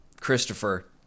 Christopher